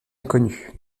inconnu